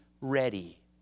ready